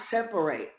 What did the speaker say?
separate